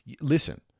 listen